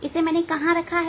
इसे मैंने कहां रखा हैं